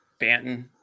Banton